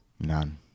None